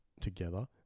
together